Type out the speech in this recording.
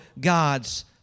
God's